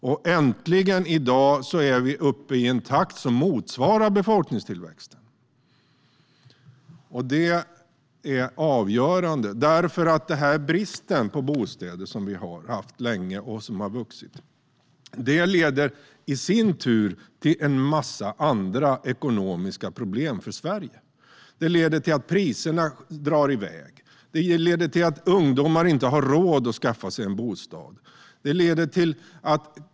Vi är i dag äntligen uppe i en takt som motsvarar befolkningstillväxten. Det är avgörande. Den brist på bostäder som vi har haft länge och som har vuxit leder i sin tur till en massa ekonomiska problem för Sverige. Det leder till att priserna drar i väg och att ungdomar inte har råd att skaffa sig en bostad.